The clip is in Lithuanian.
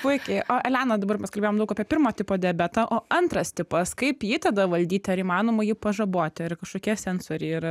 puikiai o elena dabar mes kalbėjom daug apie pirmo tipo diabetą o antras tipas kaip jį tada valdyti ar įmanoma jį pažaboti ar kažkokie sensoriai yra